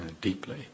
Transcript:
deeply